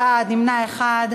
31 בעד, נמנע אחד.